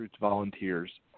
volunteers